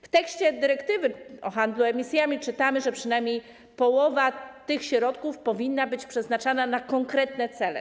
W tekście dyrektywy o handlu emisjami czytamy, że przynajmniej połowa tych środków powinna być przeznaczana na konkretne cele.